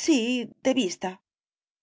sí de vista